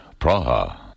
Praha